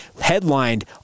headlined